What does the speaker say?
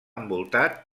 envoltat